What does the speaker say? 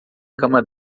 cama